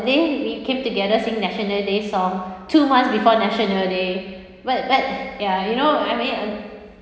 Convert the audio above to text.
day we came together sing national day song two months before national day but but ya you know I mean uh